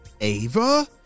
Ava